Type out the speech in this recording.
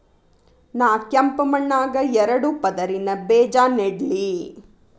ನಾ ಕೆಂಪ್ ಮಣ್ಣಾಗ ಎರಡು ಪದರಿನ ಬೇಜಾ ನೆಡ್ಲಿ?